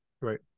Right